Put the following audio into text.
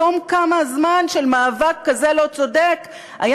בתום כמה זמן של מאבק כזה לא-צודק היה